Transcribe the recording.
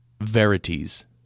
verities